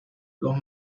los